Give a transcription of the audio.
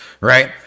right